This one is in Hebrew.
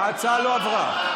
ההצעה לא עברה.